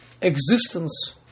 existence